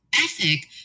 ethic